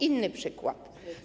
Inny przykład.